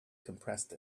compressed